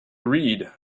read